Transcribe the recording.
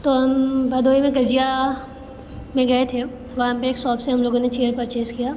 तो हम भदोही में गजिया में गए थे वहाँ पर एक शॉप से हम लोगों ने चेयर परचेज़ किया